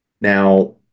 Now